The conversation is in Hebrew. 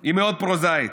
היא מאוד פרוזאית,